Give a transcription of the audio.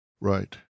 Right